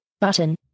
button